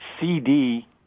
CD